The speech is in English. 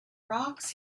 rocks